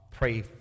pray